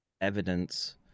evidence